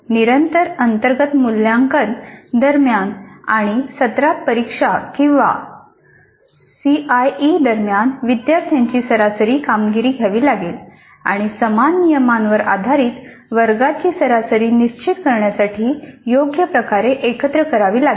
निरंतर अंतर्गत मूल्यांकन दरम्यान आणि सत्रांत परीक्षा किंवा एसईई दरम्यान विद्यार्थ्यांची सरासरी कामगिरी घ्यावी लागेल आणि समान नियमावर आधारित वर्गाची सरासरी निश्चित करण्यासाठी योग्य प्रकारे एकत्र करावी लागेल